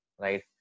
right